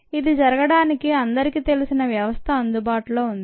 ఇది జరగడానికి అందరికీ తెలిసిన వ్యవస్థ అందుబాటులో ఉంది